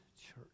church